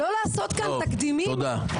טוב, תודה.